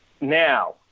Now